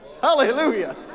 Hallelujah